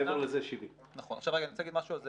מעבר לזה 70. אני רוצה להגיד משהו על זה,